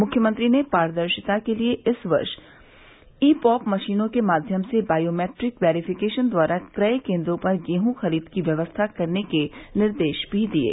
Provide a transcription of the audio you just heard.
मुख्यमंत्री ने पारदर्शिता के लिये इस वर्ष ई पॉप मशीनों के माध्यम से बायोमेट्रिक बेरिफिकेशन द्वारा क्रय केन्द्रों पर गेहूँ खरीद की व्यवस्था करने के निर्देश भी दिये